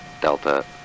delta